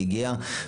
הכנסת.